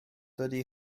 dydy